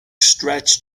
stretch